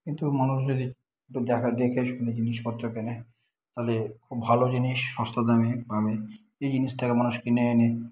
কিন্তু মানুষ যদি একটু দেখা দেখে শুনে জিনিসপত্র কেনে তালে খুব ভালো জিনিস সস্তা দামে পাবে এই জিনিসটাকে মানুষ কিনে এনে